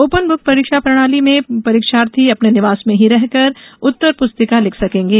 open book परीक्षा प्रणाली में परीक्षार्थी अपने निवास में ही रहकर उत्तर पुस्तिका लिख सकेंगे